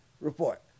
report